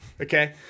Okay